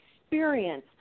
experience